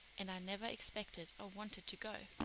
and never expected or wanted to go.